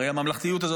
הרי הממלכתיות הזאת,